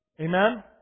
Amen